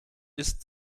ist